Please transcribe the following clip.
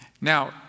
Now